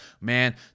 man